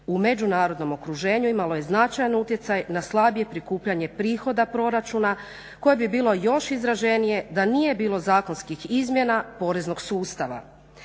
u međunarodnom okruženju imalo je značajan utjecaj na slabije prikupljanje prihoda proračuna koje bi bilo još izraženije da nije bilo zakonskih izmjena poreznog sustava.